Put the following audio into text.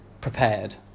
prepared